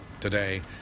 Today